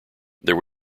there